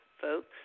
folks